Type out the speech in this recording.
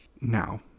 Now